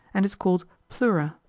and is called pleura,